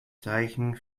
zeichen